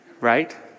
Right